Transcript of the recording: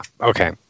Okay